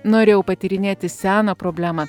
norėjau patyrinėti seną problemą